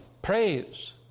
praise